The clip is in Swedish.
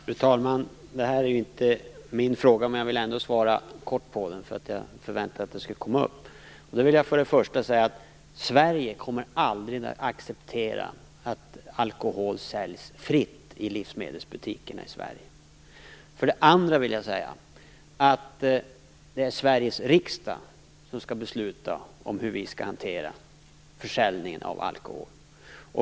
Fru talman! Det här är inte min fråga, men jag vill ändå svara kort på den, för jag förväntade mig att den skulle komma upp. För det första vill jag säga att Sverige aldrig kommer att acceptera att alkohol säljs fritt i livsmedelsbutikerna i Sverige. För det andra vill jag säga att det är Sveriges riksdag som skall besluta om hur vi skall hantera försäljningen av alkohol.